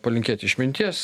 palinkėt išminties